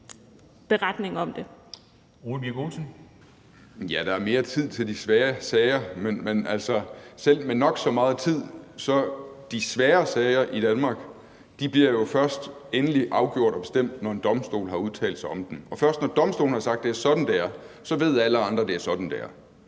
der er mere tid til de svære sager, men altså, selv med nok så meget tid bliver de svære sager i Danmark jo først endelig afgjort og bestemt, når en domstol har udtalt sig om dem, og først når domstolen har sagt, at det er sådan, det er, så ved alle andre, at det er sådan, det er.